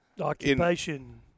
Occupation